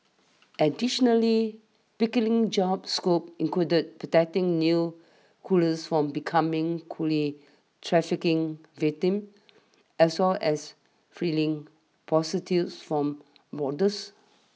additionally Pickering's job scope included protecting new coolers from becoming coolie trafficking victims as well as freeing prostitutes from brothels